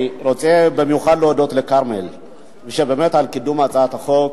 אני רוצה להודות במיוחד לכרמל על קידום הצעת החוק.